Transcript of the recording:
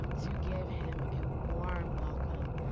um to give him a warm welcome.